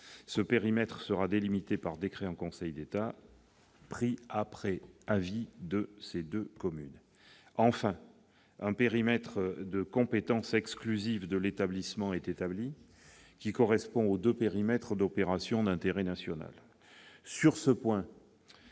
Ce périmètre sera délimité par décret en Conseil d'État pris après avis de ces deux communes. Enfin, un périmètre de compétence exclusive de l'établissement est établi, qui correspond aux deux périmètres d'opération d'intérêt national. Sur ce point,